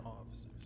officers